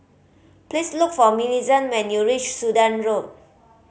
please look for Millicent when you reach Sudan Road